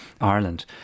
Ireland